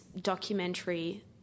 documentary